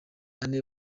ane